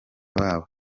babo